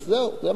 זה מה שקרה.